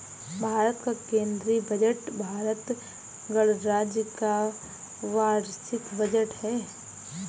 भारत का केंद्रीय बजट भारत गणराज्य का वार्षिक बजट है